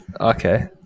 Okay